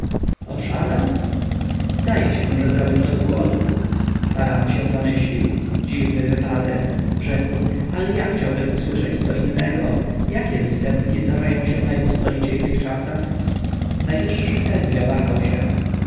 oszalał zdaje się że zrobił to z głodu faraon się zamyślił dziwny wypadek rzekł ale ja chciałbym usłyszeć co innego jakie występki zdarzają się najpospoliciej w tych czasach najwyższy sędzia wahał się